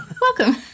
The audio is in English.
Welcome